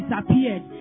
disappeared